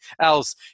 else